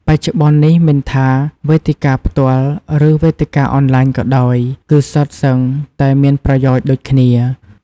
បច្ចុប្បន្ននេះ មិនថាវេទិកាផ្ទាល់ ឬវេទិកាអនឡាញក៏ដោយ គឺសុទ្ធសឹងតែមានប្រយោជន៍ដូចគ្នា។